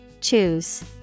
Choose